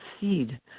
seed